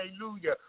hallelujah